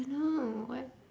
know what